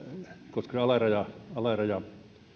koska se alaraja